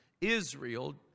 Israel